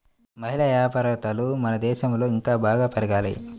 మహిళా వ్యాపారవేత్తలు మన దేశంలో ఇంకా బాగా పెరగాలి